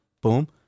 Boom